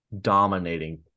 dominating